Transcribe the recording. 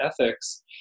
ethics